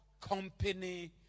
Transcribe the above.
company